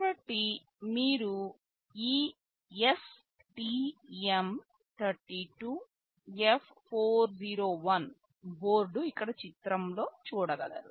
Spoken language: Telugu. కాబట్టి మీరు ఈ STM32F401 బోర్డు ఇక్కడ చిత్రంలో చూడగలరు